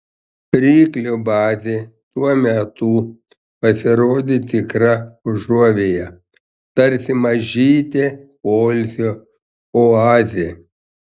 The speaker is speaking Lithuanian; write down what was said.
ryklio bazė tuo metu pasirodė tikra užuovėja tarsi mažytė poilsio oazė